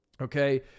okay